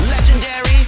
Legendary